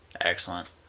excellent